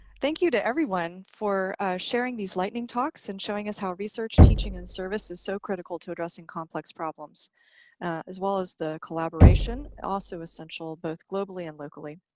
thank you to everyone for sharing these lightning talks and showing us how research teaching and service is so critical to addressing complex problems as well as the collaboration also essential both globally and locally.